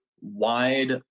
wide